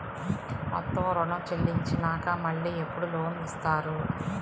మొత్తం ఋణం చెల్లించినాక మళ్ళీ ఎప్పుడు లోన్ ఇస్తారు?